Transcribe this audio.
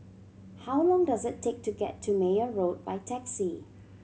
how long does it take to get to Meyer Road by taxi